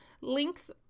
links